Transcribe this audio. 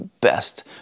best